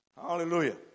Hallelujah